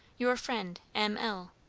your friend, m. l.